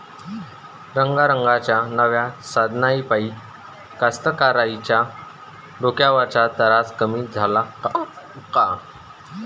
रंगारंगाच्या नव्या साधनाइपाई कास्तकाराइच्या डोक्यावरचा तरास कमी झाला का?